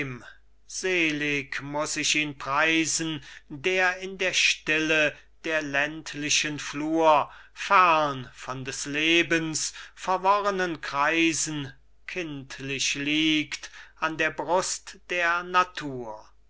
selig muß ich ihn preisen der in der stille der ländlichen flur fern von des lebens verworrenen kreisen kindlich liegt an der brust der natur